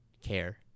care